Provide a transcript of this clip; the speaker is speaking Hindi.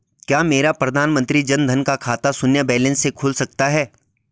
क्या मेरा प्रधानमंत्री जन धन का खाता शून्य बैलेंस से खुल सकता है?